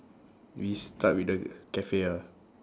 we start with the cafe ah